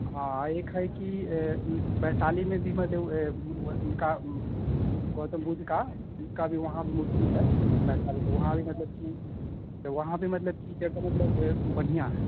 हाँ एक है कि वैशाली में भी है उनकी गौतम बुद्ध की उनकी भी वहाँ भी मूर्ति है वैशाली पर वहाँ भी मतलब कि वहाँ भी मतलब कि क्या कहने का मतलब कि मतलब बढ़ियाँ है